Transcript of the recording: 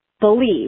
believe